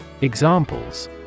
Examples